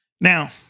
Now